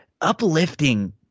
uplifting